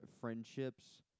friendships